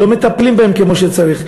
לא מטפלים בהם כמו שצריך.